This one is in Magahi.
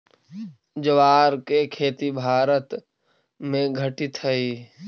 ज्वार के खेती भारत में घटित हइ